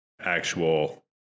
actual